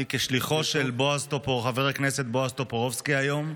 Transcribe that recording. אני כשליחו של חבר הכנסת בועז טופורובסקי היום.